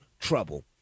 trouble